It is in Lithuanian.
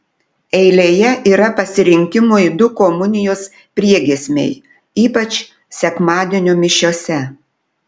eilėje yra pasirinkimui du komunijos priegiesmiai ypač sekmadienio mišiose